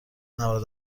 نود